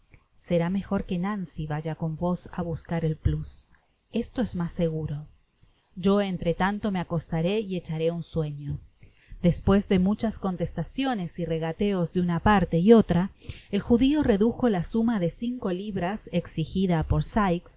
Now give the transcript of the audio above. será mejor que nancy vaya con vosá mscar el pks esto es mas seguro yo entre tanto me acostaré y echaré un sueño después de muchas contestaciones y regateos de una parte y otra el judio redujo la suma de cinco libras exijida por sikes